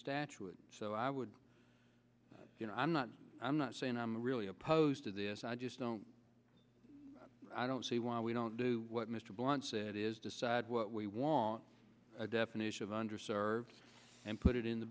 statute so i would you know i'm not i'm not saying i'm really opposed to this i just don't i don't see why we don't do what mr blunt said is decide what we want a definition of under served and put it in the